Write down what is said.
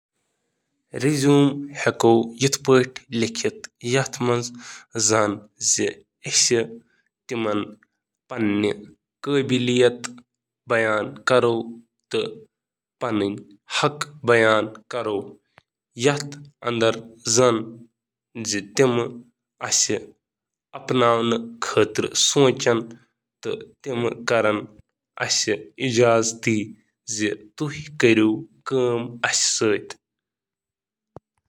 پنُن ریزیومے کِتھ کٔنۍ بناوو پنْنئ کنٹیکٹْہ انفارمیشن کْریو جمع... اکھ پروفیشنل خلاصہ کْریو شأمل۔... پَنُن کامہِ ہُنٛد تجرُبہٕ کٔر... پنٕنۍ تعلیم کٔرِو شٲمِل۔... مُتعلقہٕ مہارتن ہُنٛد لِسٹہٕ۔... پنٕنۍ کامیٲبی تہٕ ایوارڈَن ہٕنٛز وضاحت کٔرِو۔... کارٕبٲرۍ فارمیٹ کٔرِو استعمال۔... کی وأرڈ کْریو شأمل۔